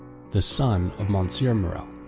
the son of monsieur morrel,